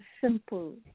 simple